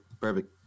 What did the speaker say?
Perfect